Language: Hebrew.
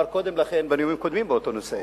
קודם לכן בנאומים קודמים באותו נושא.